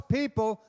people